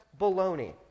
baloney